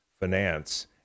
finance